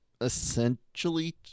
essentially